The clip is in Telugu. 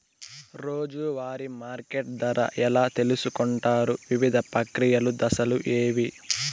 రోజూ వారి మార్కెట్ ధర ఎలా తెలుసుకొంటారు వివిధ ప్రక్రియలు దశలు ఏవి?